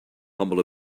humble